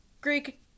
Greek